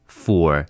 four